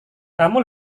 kamu